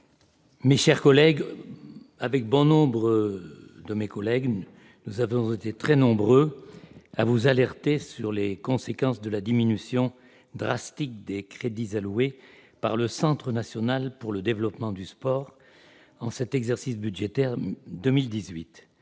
de votre exploit ! Avec bon nombre de mes collègues, nous avons été très nombreux à vous alerter sur les conséquences de la diminution draconienne des crédits alloués par le Centre national pour le développement du sport, ou CNDS, au cours de l'exercice budgétaire 2018.